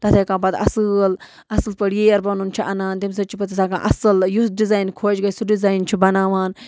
تَتھ ہٮ۪کان پَتہٕ اَصۭل اَصٕل پٲٹھۍ ییر بَنُن چھُ اَنان تمہِ سۭتۍ چھِ پَتہٕ أسۍ ہٮ۪کان اَصٕل یُس ڈِزایِن خۄش گژھِ سُہ ڈِزایِن چھِ بَناوان